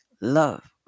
love